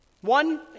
One